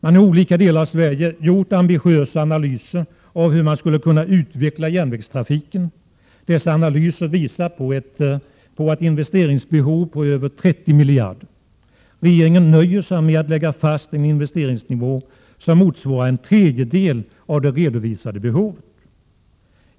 Man har i olika delar av Sverige gjort ambitiösa analyser av hur man skulle kunna utveckla järnvägstrafiken. Dessa analyser visar på ett investeringsbehov på över 30 miljarder. Regeringen nöjer sig med att lägga fast en investeringsnivå som motsvarar en tredjedel av det redovisade behovet.